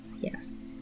Yes